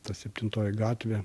ta septintoji gatvė